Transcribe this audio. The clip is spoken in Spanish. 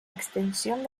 extensión